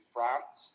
France